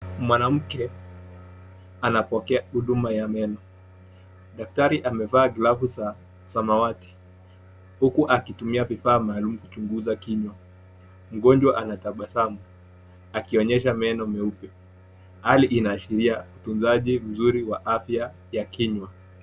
Mwanamke anapokea huduma ya meno. Daktari amevaa glavu za samawati huku akitumia kifaa maalum kuchunguza kinywa. Mgonjwa anatabasamu akionyesha meno meupe. Hali inaashiria utunzaji mzuri wa afya ya kinywa.